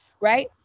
right